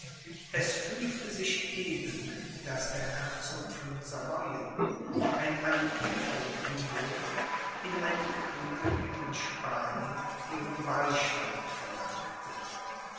es fügte sich eben daß der herzog von savoyen ein alliierter der union in einem kriege gegen spanien ihren beistand verlangte